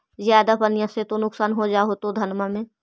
ज्यादा पनिया से तो नुक्सान हो जा होतो धनमा में?